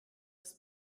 ist